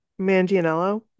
Mangianello